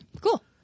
Cool